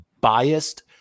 biased